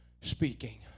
speaking